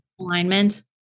alignment